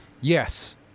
yes